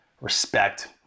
respect